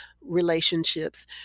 relationships